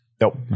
Nope